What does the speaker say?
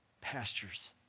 pastures